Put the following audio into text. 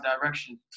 direction